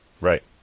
right